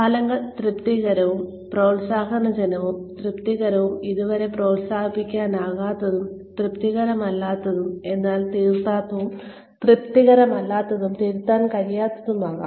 ഫലങ്ങൾ തൃപ്തികരവും പ്രോത്സാഹജനകവും തൃപ്തികരവും ഇതുവരെ പ്രോത്സാഹിപ്പിക്കാനാവാത്തതും തൃപ്തികരമല്ലാത്തതും എന്നാൽ തിരുത്താവുന്നതും തൃപ്തികരമല്ലാത്തതും തിരുത്താൻ കഴിയാത്തതും ആകാം